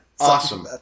awesome